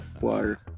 water